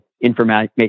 information